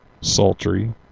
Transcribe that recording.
sultry